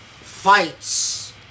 fights